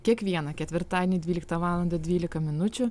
kiekvieną ketvirtadienį dvyliktą valandą dvylika minučių